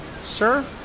sir